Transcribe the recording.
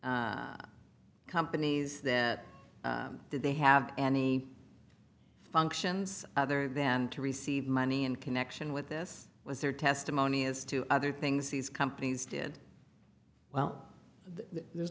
companies that did they have any functions other than to receive money in connection with this was their testimony as to other things these companies did well there's